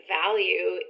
value